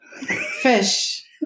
fish